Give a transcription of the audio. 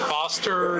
Foster